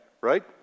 right